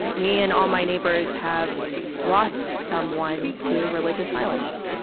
me and all my neighbors have lost someone to religious violence.